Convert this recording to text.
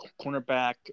cornerback